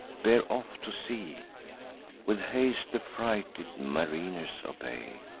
bear off to sea with haste the frighted mariners obey.